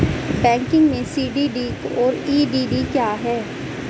Banking में CDD और EDD क्या हैं?